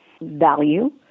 Value